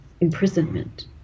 imprisonment